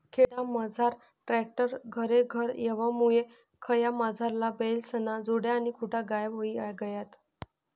खेडामझार ट्रॅक्टर घरेघर येवामुये खयामझारला बैलेस्न्या जोड्या आणि खुटा गायब व्हयी गयात